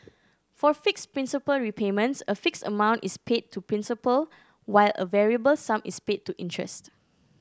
for fixed principal repayments a fixed amount is paid to principal while a variable sum is paid to interest